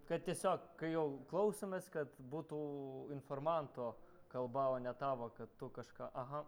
kad tiesiog kai jau klausomės kad būtų informanto kalba o ne tavo kad tu kažką aha